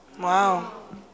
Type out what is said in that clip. Wow